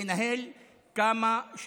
לנהל חיים נורמליים כמה שיותר.